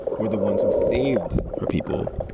were the ones who saved her people,